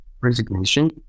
resignation